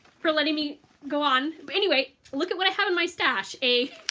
for letting me go on. but anyway look at what i have in my stash, a